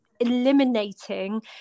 eliminating